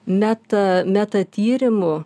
meta meta tyrimų